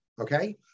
Okay